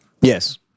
yes